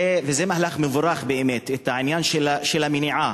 זה מהלך באמת מבורך, העניין של המניעה.